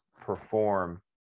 perform